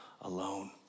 alone